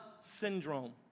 syndrome